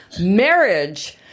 marriage